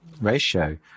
ratio